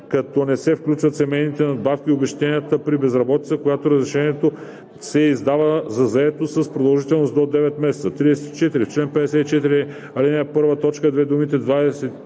като не се включват семейните надбавки и обезщетенията при безработица, когато разрешението се издава за заетост с продължителност до 9 месеца.“ 34. В чл. 54, ал. 1, т. 2 думите „чл.